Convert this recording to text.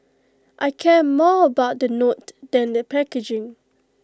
I care more about the note than the packaging